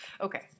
Okay